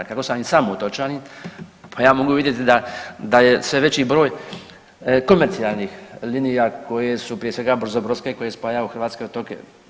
Kako sam i sam otočanin pa ja mogu vidjeti da je sve veći broj komercijalnih linija koje su prije svega brzobrodske koje spajaju hrvatske otoke.